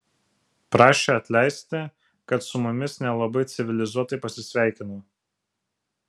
prašė atleisti kad su mumis nelabai civilizuotai pasisveikino